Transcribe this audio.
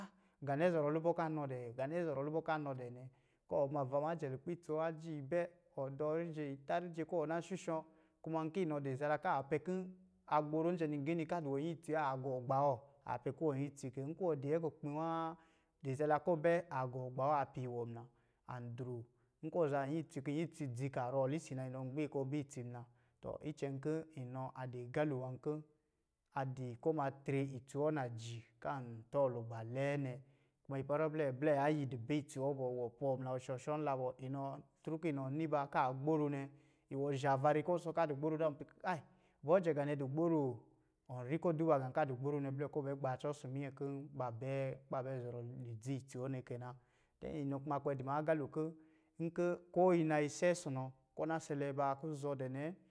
Ga nɛ zɔrɔ lubɔ̄ ka nɔ dɛ, ga nɛ zɔrɔ lubɔ̄ ka nɔ dɛ nɛ, kɔ wɔ ma va ma jɛ lukpɛ itsi wɔ, aji bɛ, wɔ dɔɔ rijem itā rije kɔ̄ wɔ na shushɔ̄, kuma nki nɔ di zara ka pɛ kɔ̄ a gboro njɔ̄ nigini ka di wɔ nyɛ itsi wa, a gɔ gba wɔ a pɛ ki wɔ di nyiitsi kɛ. Nkɔ̄ wɔ di nyɛ kukpi nwaa dɛ zala kɔ bɛ a gɔ agba wɔ a piiwɔ muna an dro. Nkɔ̄ wɔ zaa nyɛ itsi ki nyɛ itsi dzi ka rɔ wɔ lisin na inɔ gbii kɔ bɛ itsi muna. Tɔ icɛn kɔ̄ inɔ a di agalo nwā kɔ̄, a di kɔ ma tre itsi wɔ naji kan tɔlugba iɛɛ nɛ. Kuma ipɛrɛ blɛ, blɛ ayi di bɛ itsi wɔ bɔ, wɔ pɔɔ ma, ɔ shɔ shɔnla bɔ, inɔ ki inɔ ni ba kaa gboro nɛ, iwɔ zhaava ri kɔ wusɔ ka di gboro zaa ɔ pɛ ki kayi, ibɔ jɛ ga nɛ di gboroo. ɔ ri kɔ duba gā ka di gboro nɛ blɛ kɔ bɛ gbaacɔ ɔsɔ̄ minyɛ kɛ ba bɛ kuba bɛ zɔrɔ lidzi itsi wɔ nɛ kɛ na. inɔ kuma kpɛ di ma agalo kɔ̄, ko yi naa yi ise si nɔ kɔ na sɛlɛ baa kuzɔ̄ dɛ nɛ